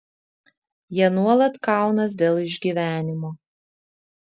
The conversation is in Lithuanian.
jie nuolat kaunas dėl išgyvenimo